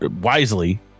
wisely